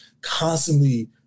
constantly